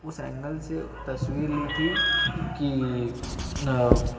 اس angle سے تصویر لی تھی کہ